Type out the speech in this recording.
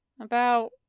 About